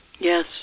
Yes